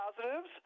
positives